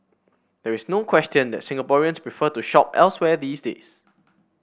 there is no question that Singaporeans prefer to shop elsewhere these days